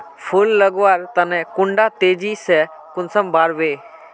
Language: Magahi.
फुल लगवार तने कुंडा तेजी से कुंसम बार वे?